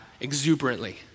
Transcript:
exuberantly